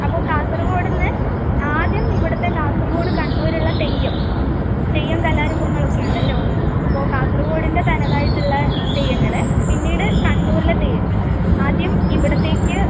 അപ്പോൾ കാസർഗോഡുനിന്ന് ആദ്യം ഇവിടുത്തെ കാസർഗോഡ് കണ്ണൂർ ഉള്ള തെയ്യം തെയ്യം കലാരൂപങ്ങളൊക്കെ ഉണ്ടല്ലോ അപ്പോൾ കാസർഗോഡിൻ്റെ തനതായിട്ടുള്ള തെയ്യങ്ങൾ പിന്നീട് കണ്ണൂരിലെ തെയ്യങ്ങൾ ആദ്യം ഇവിടുത്തേക്ക്